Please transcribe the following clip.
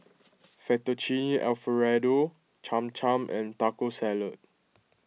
Fettuccine Alfredo Cham Cham and Taco Salad